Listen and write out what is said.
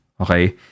Okay